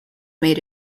made